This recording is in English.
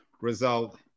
result